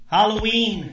Halloween